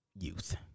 youth